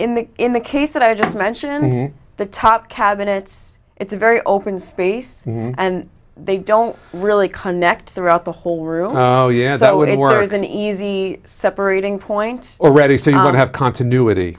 in the in the case that i just mentioned the top cabinets it's a very open space and they don't really connect throughout the whole room yeah that would have more of an easy separating point already so you don't have continuity